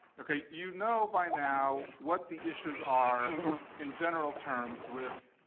ok, you know by now what the issues are in general terms with,